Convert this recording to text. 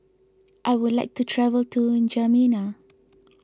I would like to travel to N'Djamena